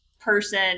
person